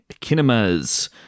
kinemas